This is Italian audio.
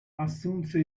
assunse